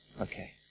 Okay